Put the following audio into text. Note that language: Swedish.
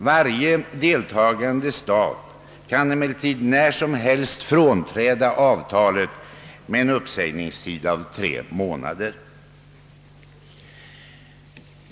Varje deltagande stat kan emellertid när som helst frånträda avtalet med en uppsägningstid av tre månader.